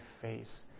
face